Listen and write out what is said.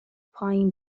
پایین